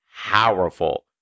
powerful